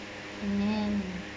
mm